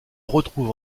retrouve